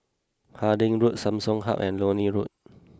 Harding Road Samsung Hub and Leonie Road